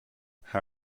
how